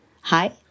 hi